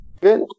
good